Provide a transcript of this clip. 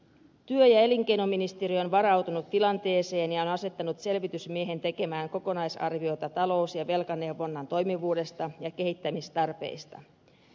työ ja elinkeinoministeriö on varautunut tilanteeseen ja asettanut selvitysmiehen tekemään kokonaisarviota talous ja velkaneuvonnan toimivuudesta ja kehittämistarpeista